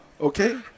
Okay